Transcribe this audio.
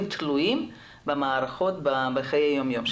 תלויים במערכות בחיי היום-יום שלהם.